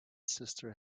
sister